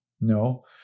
no